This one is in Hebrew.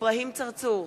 אברהים צרצור,